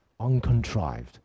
uncontrived